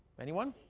anyone?